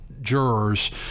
jurors